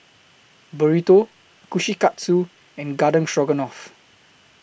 Burrito Kushikatsu and Garden Stroganoff